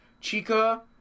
Chica